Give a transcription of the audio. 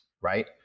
right